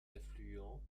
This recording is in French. affluents